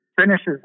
finishes